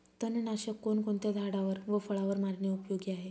तणनाशक कोणकोणत्या झाडावर व फळावर मारणे उपयोगी आहे?